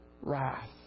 wrath